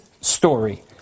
story